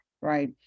right